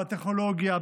בטכנולוגיה,